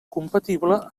compatible